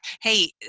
hey